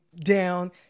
down